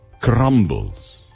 crumbles